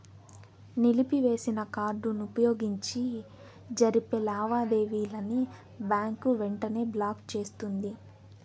నిలిపివేసిన కార్డుని వుపయోగించి జరిపే లావాదేవీలని బ్యాంకు వెంటనే బ్లాకు చేస్తుంది